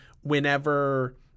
whenever